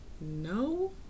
No